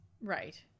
Right